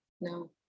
No